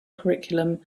curriculum